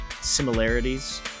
similarities